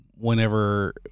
Whenever